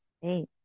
Hey